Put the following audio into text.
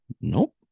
Nope